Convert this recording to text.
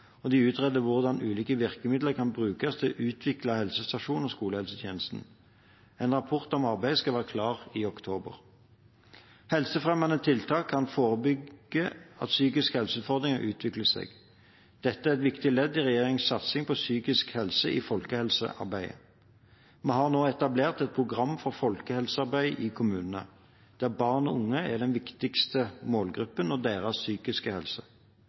og de utreder hvordan ulike virkemidler kan brukes til å utvikle helsestasjons- og skolehelsetjenesten. En rapport om arbeidet skal være klar i oktober. Helsefremmende tiltak kan forebygge at psykisk helseutfordringer utvikler seg. Dette er et viktig ledd i regjeringens satsing på psykisk helse i folkehelsearbeidet. Vi har nå etablert et program for folkehelsearbeid i kommunene, der barn og unge og deres psykiske helse er den viktigste målgruppen.